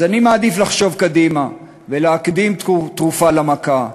אז אני מעדיף לחשוב קדימה ולהקדים תרופה למכה,